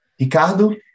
Ricardo